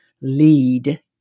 lead